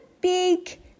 big